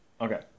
Okay